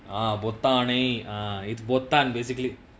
ah பொத்தானை:bothaanai ah is பொத்தான்:bothaan basically